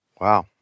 Wow